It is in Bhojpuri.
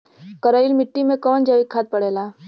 करइल मिट्टी में कवन जैविक खाद पड़ेला?